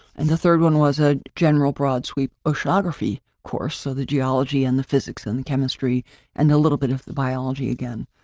and the third one was a general broad sweep oceanography course. so, the geology and the physics and the chemistry and a little bit of the biology again,